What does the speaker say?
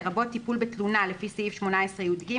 לרבות טיפול בתלונה לפי סעיף 18יג,